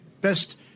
best